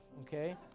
okay